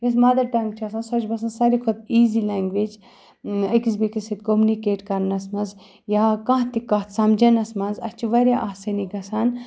یُس mother tongue چھِ آسان سۄ چھِ باسان ساروی کھۄتہٕ ایٖزی لٮ۪نٛگویج أکِس بیٚکِس سۭتۍ کوٚمنِکیٹ کَرنَس منٛز یا کانٛہہ تہِ کَتھ سَمجھنَس منٛز اَسہِ چھِ واریاہ آسٲنی گژھان